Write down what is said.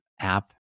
app